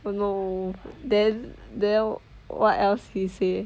oh no then then what else we say